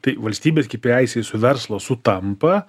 tai valstybės ki pi ai jisai su verslu sutampa